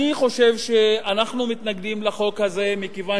אני חושב שאנחנו מתנגדים לחוק הזה מכיוון